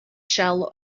shell